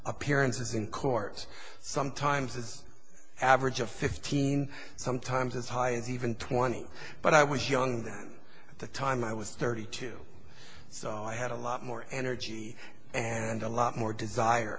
appearances in court sometimes is average of fifteen sometimes as high as even twenty but i was young at the time i was thirty two so i had a lot more energy and a lot more desire